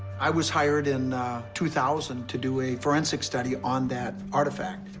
i was hired in two thousand to do a forensic study on that artifact.